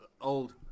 old